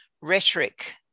rhetoric